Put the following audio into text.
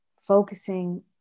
Focusing